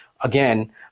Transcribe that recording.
Again